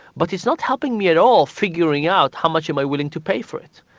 but it's not helping me at all figuring out how much am i willing to pay for it.